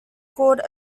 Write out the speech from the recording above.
called